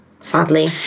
sadly